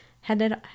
headed